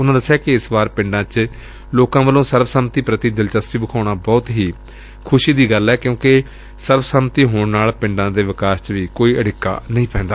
ਉਨੂਾ ਦਸਿਆ ਕਿ ਇਸ ਵਾਰ ਪਿੰਡਾਂ ਦੇ ਲੋਕਾਂ ਵੱਲੋਂ ਸਰਬ ਸਮਿਤੀ ਪ੍ਤੀ ਦਿਲਚਸਪੀ ਵਿਖਾਉਣਾ ਬਹੁਤ ਹੀ ਖੁਸ਼ੀ ਦੀ ਗੱਲ ਏ ਕਿਉਂਕਿ ਸਰਬ ਸਮਿਤੀ ਹੋਣ ਨਾਲ ਪਿੰਡਾਂ ਦੇ ਵਿਕਾਸ ਚ ਵੀ ਕੋਈ ਅੜਿਕਾ ਨਹੀਂ ਪੈਂਦਾ